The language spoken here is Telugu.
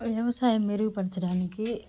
వ్యవసాయం మెరుగుపరచడానికి